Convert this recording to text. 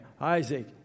Isaac